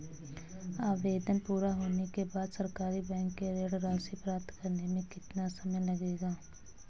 आवेदन पूरा होने के बाद सरकारी बैंक से ऋण राशि प्राप्त करने में कितना समय लगेगा?